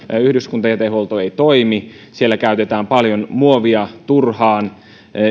yhdyskuntajätehuolto ei toimi siellä käytetään paljon muovia turhaan